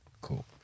cool